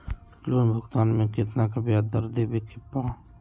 Loan भुगतान में कितना का ब्याज दर देवें के बा?